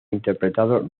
interpretado